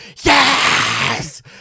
yes